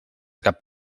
cap